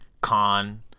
con